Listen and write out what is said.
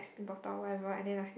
spin bottle or whatever and then like